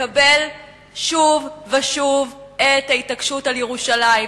מקבל שוב ושוב את ההתעקשות על ירושלים,